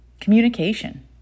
Communication